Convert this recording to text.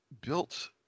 built